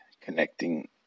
connecting